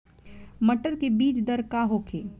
मटर के बीज दर का होखे?